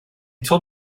told